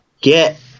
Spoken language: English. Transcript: get